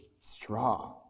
straw